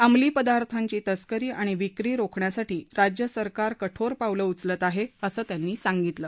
अंमली पदार्थांची तस्करी आणि विक्री रोखण्यासाठी राज्य सरकार कठोर पावलं उचलत आहे असं त्यांनी सांगितलं